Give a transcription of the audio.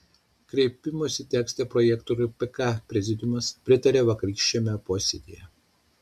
kreipimosi teksto projektui pk prezidiumas pritarė vakarykščiame posėdyje